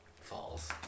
falls